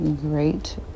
great